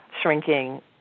shrinking